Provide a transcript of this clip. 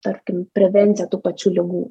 tarkim prevencija tų pačių ligų